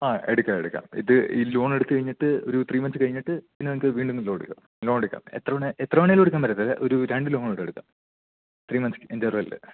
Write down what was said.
ആ എടുക്കാം എടുക്കാം ഇത് ഈ ലോണ് എടുത്ത് കഴിഞ്ഞിട്ട് ഒരു ത്രീ മന്ത്സ് കഴിഞ്ഞിട്ട് പിന്നെ നിങ്ങൾക്ക് വീണ്ടും ലോണ് എടുക്കാം ലോണ് എടുക്കാം എത്ര എത്ര വേണമെങ്കിലും എടുക്കാൻ പറ്റത്തില്ല ഒരു രണ്ട് ലോണോ മറ്റോ എടുക്കാം ത്രീ മന്ത്സ് ഇൻറ്റർവെൽൽ